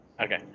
Okay